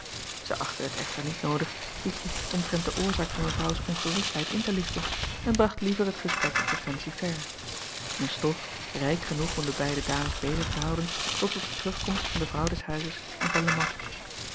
ij achtte het echter niet noodig ietje omtrent de oorzaak van evrouws ongerustheid in te lichten en bracht liever het gesprek op de fancy-fair een stof rijk genoeg om de beide dames bezig te houden tot op de terugkomst van de vrouw des huizes en van e at